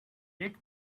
lit